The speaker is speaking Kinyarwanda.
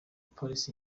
peres